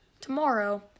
tomorrow